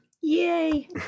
yay